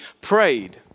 prayed